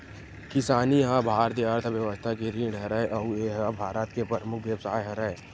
किसानी ह भारतीय अर्थबेवस्था के रीढ़ हरय अउ ए ह भारत के परमुख बेवसाय हरय